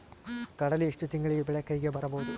ಕಡಲಿ ಎಷ್ಟು ತಿಂಗಳಿಗೆ ಬೆಳೆ ಕೈಗೆ ಬರಬಹುದು?